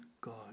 God